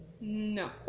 no